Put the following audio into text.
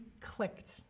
clicked